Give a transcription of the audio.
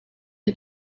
you